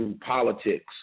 politics